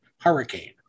hurricane